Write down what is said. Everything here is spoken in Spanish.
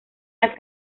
las